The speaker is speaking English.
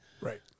right